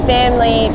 Family